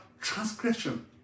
transgression